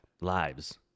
lives